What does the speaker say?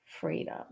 freedom